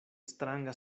stranga